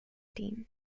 team